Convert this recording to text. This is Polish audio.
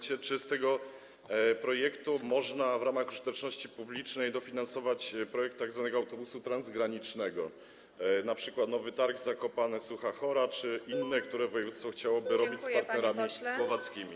Czy z tego projektu można w ramach użyteczności publicznej dofinansować projekt tzw. autobusu transgranicznego, np. Nowy Targ - Zakopane - Suchá Hora, czy inne, które województwo chciałoby przeprowadzić z partnerami słowackimi?